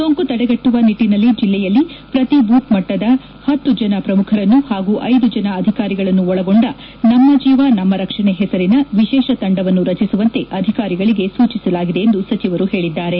ಸೋಂಕು ತಡೆಗಟ್ಟುವ ನಿಟ್ಟನಲ್ಲಿ ಜಿಲ್ಲೆಯಲ್ಲಿ ಶ್ರತಿ ಬೂತ್ ಮಟ್ಟದ ಹತ್ತು ಜನ ಶ್ರಮುಖರನ್ನು ಹಾಗೂ ಐದು ಜನ ಅಧಿಕಾರಿಗಳನ್ನು ಒಳಗೊಂಡ ನಮ್ಮ ಜೀವ ನಮ್ಮ ರಕ್ಷಣೆ ಹೆಸರಿನ ವಿಶೇಷ ತಂಡವನ್ನು ರಚಿಸುವಂತೆ ಅಧಿಕಾರಿಗಳಿಗೆ ಸೂಚಿಸಲಾಗಿದೆ ಎಂದು ಸಚಿವರು ಹೇಳಿದರು